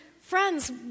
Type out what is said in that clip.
friends